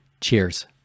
Cheers